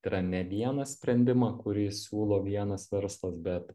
tai yra ne vieną sprendimą kurį siūlo vienas verslas bet